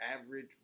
average